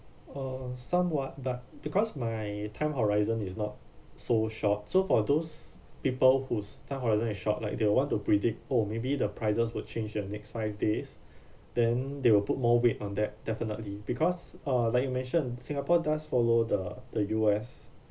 uh somewhat but because my time horizon is not so short so for those people whose time horizon is short like they want to predict oh maybe the prices would change the next five days then they will put more weight on that definitely because uh like you mention singapore does follow the the U_S